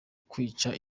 kwica